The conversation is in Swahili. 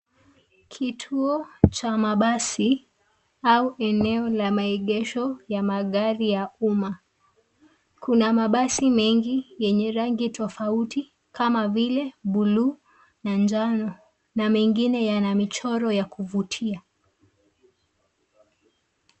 Kituo cha mabasi au eneo la maegesho ya magari ya umma. Kuna mabasi mengi yenye rangi tofauti kama vile buluu na njano na mengine yana michoro ya kuvutia.